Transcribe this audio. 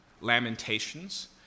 Lamentations